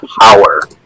power